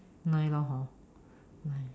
nine lor hor nine